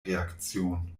reaktion